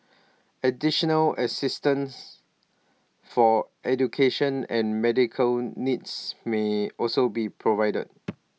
additional assistance for education and medical needs may also be provided